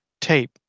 tape